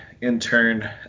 intern